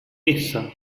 essa